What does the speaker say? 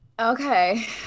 Okay